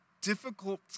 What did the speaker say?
difficult